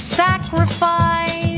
sacrifice